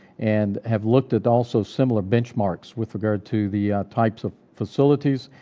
and have looked at also similar benchmarks with regard to the types of facilities,